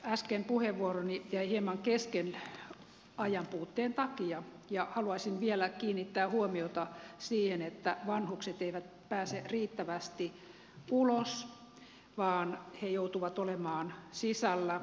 äsken puheenvuoroni jäi hieman kesken ajanpuutteen takia ja haluaisin vielä kiinnittää huomiota siihen että vanhukset eivät pääse riittävästi ulos vaan he joutuvat olemaan sisällä